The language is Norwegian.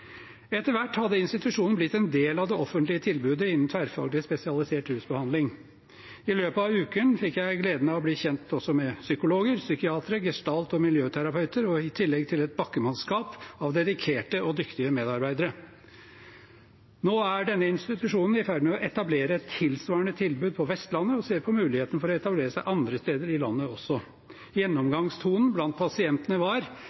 Etter hvert hadde institusjonen blitt en del av det offentlige tilbudet innen tverrfaglig spesialisert rusbehandling. I løpet av uken fikk jeg gleden av å bli kjent også med psykologer, psykiatere og gestalt- og miljøterapeuter, i tillegg til et bakkemannskap av dedikerte og dyktige medarbeidere. Nå er denne institusjonen i ferd med å etablere et tilsvarende tilbud på Vestlandet og ser på muligheten for å etablere seg andre steder i landet også. Gjennomgangstonen blant pasientene var: